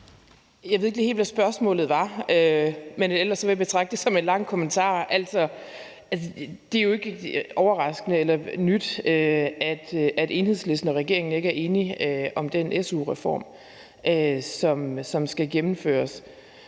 Jeg ved ikke helt, hvad spørgsmålet var. Men ellers vil jeg betragte det som en lang kommentar. Altså, det er jo ikke overraskende eller nyt, at Enhedslisten og regeringen ikke er enige om den su-reform, som skal gennemføres.